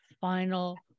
final